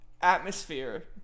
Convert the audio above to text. atmosphere